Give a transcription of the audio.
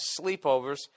sleepovers